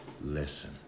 Listen